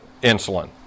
insulin